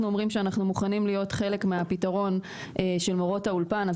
אומרים שאנחנו מוכנים להיות חלק מהפתרון של מורות האולפן,